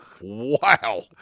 Wow